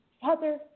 Father